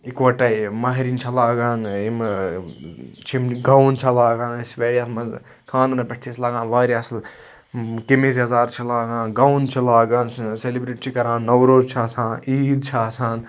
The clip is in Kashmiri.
اِکوٹے مَہرِنۍ چھےٚ لاگان یِم گاوُن چھےٚ لاگان أسۍ بیٚیہِ یَتھ مَنٛز خانٛدرَن پیٹھ چھِ أسۍ لاگان واریاہ اَصل قمیٖض یَزار چھِ لاگان گاوُن چھِ لاگان سیٚلبریٹ چھِ کران نوروز چھُ آسان عیٖد چھِ آسان